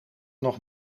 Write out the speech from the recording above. nog